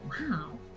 wow